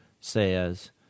says